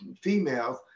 females